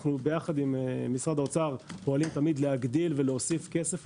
יחד עם משרד האוצר אנחנו פועלים תמיד להגדיל ולהוסיף לזה כסף.